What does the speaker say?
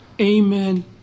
amen